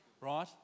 right